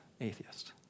atheist